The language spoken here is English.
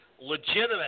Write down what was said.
legitimate